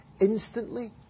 instantly